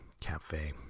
cafe